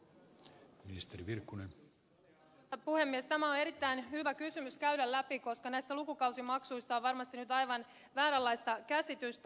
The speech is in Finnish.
tämä on erittäin hyvä kysymys käydä läpi koska näistä lukukausimaksuista on varmasti nyt aivan vääränlaista käsitystä